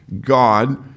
God